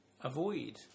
avoid